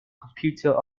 computer